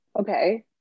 Okay